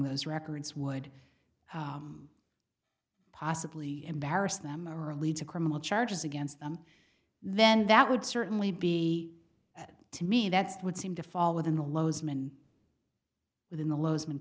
those records would possibly embarrass them or lead to criminal charges against them then that would certainly be to me that's would seem to fall within the lowes men within the lowes